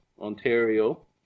Ontario